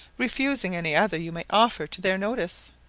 refusing any other you may offer to their notice.